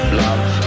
love